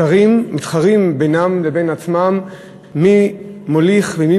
שרים מתחרים בינם לבין עצמם מי מוליך ומי